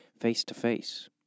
face-to-face